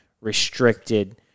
restricted